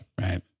Right